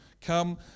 Come